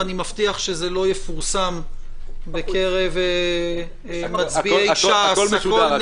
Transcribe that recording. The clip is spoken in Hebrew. ואני מבטיח שזה לא יפורסם בקרב מצביעי ש"ס -- הכול משודר.